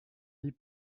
vies